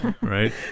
right